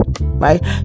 right